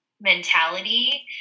mentality